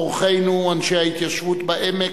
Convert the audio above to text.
אורחינו אנשי ההתיישבות בעמק,